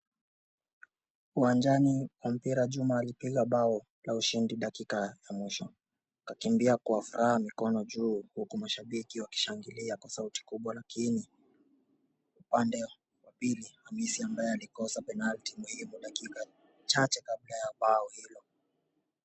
Uwanjani wa mpira Juma alipiga bao la ushindi dakika ya mwisho. Akakimbia kwa furaha mikono juu huku mashabiki wakishangilia kwa sauti kubwa lakini upande wa pili Hamisi ambaye alikosa penalti muhimu dakika chache kabla ya bao hilo.